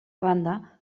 banda